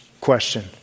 question